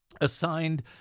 assigned